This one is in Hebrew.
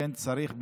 לכן צריך,